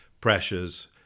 pressures